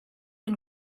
and